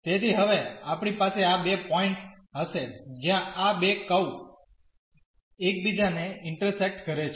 તેથી હવે આપણી પાસે આ બે પોઈન્ટ હશે જ્યાં આ બે કર્વ એકબીજાને ઇન્ટર્સેક્ટ કરે છે